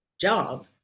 job